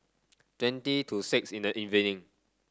twenty to six in the evening